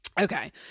okay